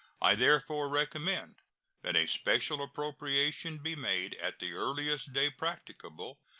i therefore recommend that a special appropriation be made at the earliest day practicable,